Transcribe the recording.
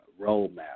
roadmap